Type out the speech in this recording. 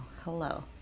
hello